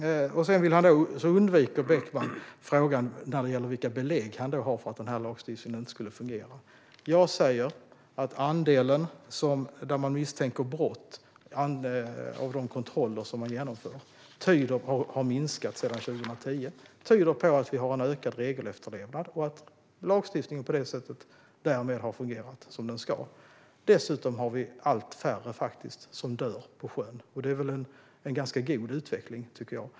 Beckman undviker frågan om vilka belägg som finns för att lagstiftningen inte fungerar. Jag säger att detta att andelen av de kontroller som genomförs där man misstänker brott har minskat sedan 2010 tyder på att det finns en ökad regelefterlevnad och att lagstiftningen på det sättet därmed har fungerat som den ska. Dessutom dör allt färre på sjön. Det är väl en god utveckling.